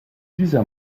dieser